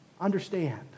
understand